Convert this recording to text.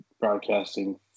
broadcasting